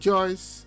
Joyce